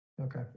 Okay